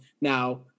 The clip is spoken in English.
now